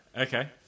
okay